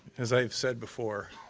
as i've said before,